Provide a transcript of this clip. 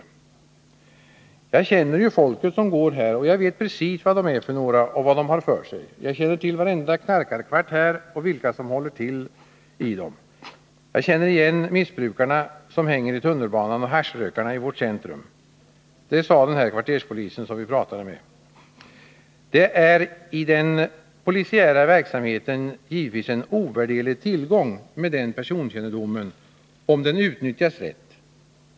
Han sade: Jag känner ju folket som går här, och jag vet precis vad de är för några och vad de har för sig. Jag känner till varenda knarkarkvart här och vilka som håller till där. Jag känner igen missbrukarna som hänger i tunnelbanan och haschrökarna i vårt centrum. Det sade alltså denna kvarterspolis, som vi också talade med. Det är i den polisiära verksamheten givetvis en ovärderlig tillgång med den personkännedomen, om den utnyttjas rätt.